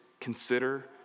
consider